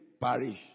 parish